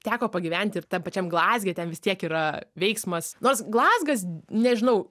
teko pagyventi ir tam pačiam glazge ten vis tiek yra veiksmas nors glazgas nežinau